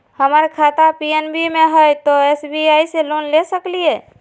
हमर खाता पी.एन.बी मे हय, तो एस.बी.आई से लोन ले सकलिए?